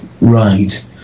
right